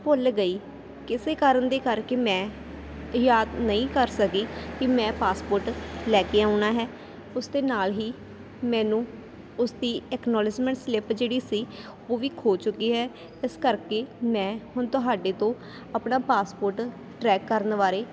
ਭੁੱਲ ਗਈ ਕਿਸੇ ਕਾਰਨ ਦੇ ਕਰਕੇ ਮੈਂ ਯਾਦ ਨਹੀਂ ਕਰ ਸਕੀ ਕਿ ਮੈਂ ਪਾਸਪੋਰਟ ਲੈ ਕੇ ਆਉਣਾ ਹੈ ਉਸ ਦੇ ਨਾਲ ਹੀ ਮੈਨੂੰ ਉਸ ਦੀ ਐਕਨੋਲਜਮੈਂਟ ਸਲਿਪ ਜਿਹੜੀ ਸੀ ਉਹ ਵੀ ਖੋ ਚੁੱਕੀ ਹੈ ਇਸ ਕਰਕੇ ਮੈਂ ਹੁਣ ਤੁਹਾਡੇ ਤੋਂ ਆਪਣਾ ਪਾਸਪੋਰਟ ਟਰੈਕ ਕਰਨ ਬਾਰੇ